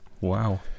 Wow